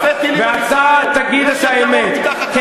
אלפי טילים על ישראל.